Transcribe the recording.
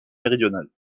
méridionale